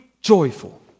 joyful